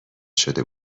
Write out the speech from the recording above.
شده